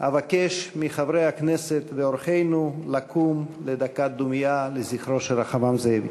אבקש מחברי הכנסת ומאורחינו לקום לדקת דומייה לזכרו של רחבעם זאבי.